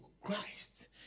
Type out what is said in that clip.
Christ